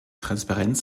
transparenz